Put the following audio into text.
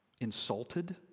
insulted